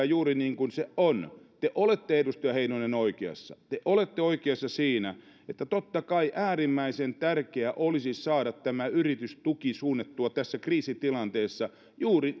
juuri niin kuin se on te olette edustaja heinonen oikeassa te olette oikeassa siinä että totta kai äärimmäisen tärkeää olisi saada tämä yritystuki suunnattua tässä kriisitilanteessa juuri